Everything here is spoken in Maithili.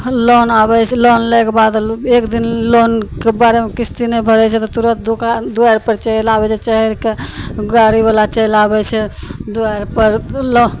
हँ लोन आबय छै लोन लैके बाद एक दिन लोनके बारेमे किस्ती नहि भरय छै तऽ तुरत दोकान दुआरि पर चलि आबय छै चहरि कए गाड़ीवला चलि आबय छै दुआरिपर उ लोन